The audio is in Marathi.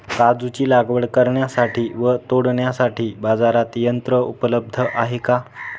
काजूची लागवड करण्यासाठी व तोडण्यासाठी बाजारात यंत्र उपलब्ध आहे का?